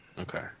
Okay